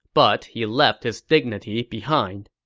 but he left his dignity behind.